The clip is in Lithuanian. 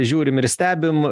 žiūrim ir stebim